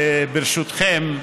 ברשותכם,